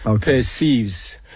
perceives